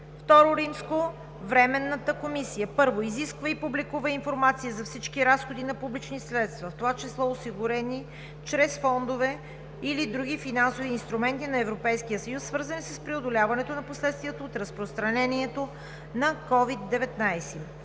II. Временната комисия: 1. Изисква и публикува информация за всички разходи на публични средства, в това число осигурени чрез фондове или други финансови инструменти на Европейския съюз, свързани с преодоляването на последствията от разпространението на Ковид 19.